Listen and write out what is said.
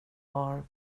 var